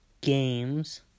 games